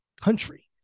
country